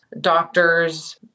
doctors